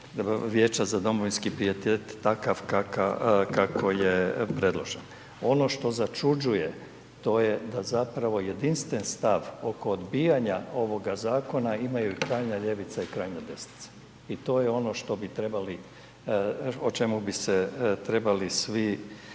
Vijeća za domovinski pijetet takav kako je predloženo. Ono što začuđuje, to je da zapravo jedinstven stav oko odbijanja ovoga zakona imaju i krajnja ljevica i krajnja desnica i to je ono što bi trebali, o čemu bi se trebali svi